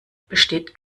besteht